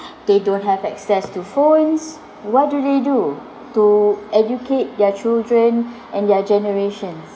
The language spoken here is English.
they don't have access to phones what do they do to educate their children and their generations